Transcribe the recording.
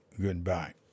goodbye